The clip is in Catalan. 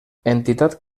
entitat